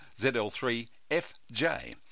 ZL3FJ